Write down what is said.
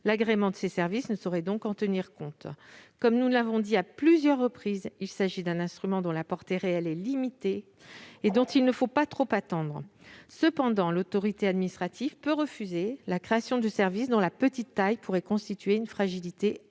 L'agrément ne saurait donc en tenir compte. Comme nous l'avons souligné à plusieurs reprises, il s'agit d'un instrument dont la portée réelle est limitée et dont il ne faut pas trop attendre. Cependant, l'autorité administrative peut refuser la création du service, dont la petite taille pourrait constituer une fragilité